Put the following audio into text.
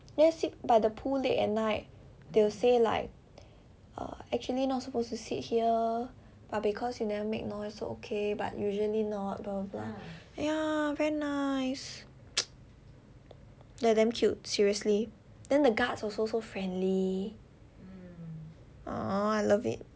then I sit by the pool late at night they'll say like uh actually not supposed to sit here because you never make noise so okay but usually not blah blah blah ya very nice they are damn cute seriously then the guards also so friendly !aww! I love it